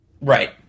Right